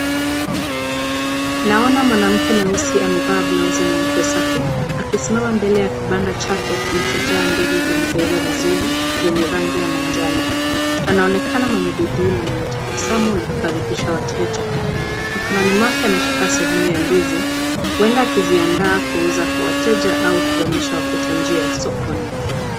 Naona mwanamke mweusi amevaa blauzi nyeupe safi. Akisimama mbele ya kibanda chake kilichojaa ndizi zilizoiva vizuri zenye rangi ya manjano. Anaonekana mwenye bidii na mwenye tabasamu la kukaribisha wateja. Mikononi mwake ameshika sehemu ya ndizi huenda akiziandaa kuuza kwa wateja au kuonyesha wapita njia sokoni.